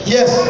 Yes